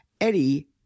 Eddie